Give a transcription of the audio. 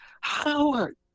Howard